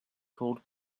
called